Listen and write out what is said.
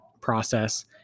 process